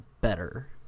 better